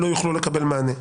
לא יוכלו לקבל מענה.